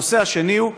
הנושא השני הוא,